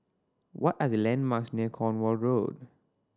what are the landmarks near Cornwall Road